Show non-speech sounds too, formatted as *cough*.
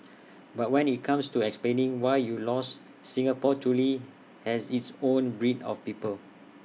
*noise* but when IT comes to explaining why you lost Singapore truly has its own breed of people